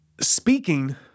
Speaking